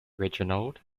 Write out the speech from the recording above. reginald